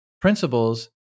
principles